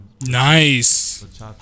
Nice